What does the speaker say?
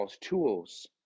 tools